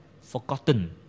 forgotten